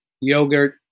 yogurt